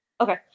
Okay